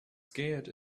scared